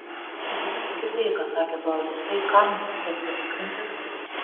vadinasi girdėjai ką sakė doilis tai ką mums reikės patikrinti